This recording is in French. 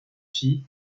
filles